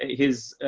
his,